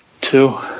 Two